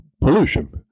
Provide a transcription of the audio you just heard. pollution